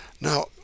Now